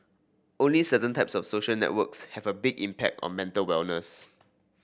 only certain types of social networks have a big impact on mental wellness